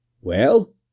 Well